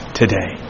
today